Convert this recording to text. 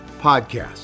podcast